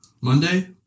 Monday